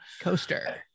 Coaster